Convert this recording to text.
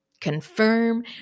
confirm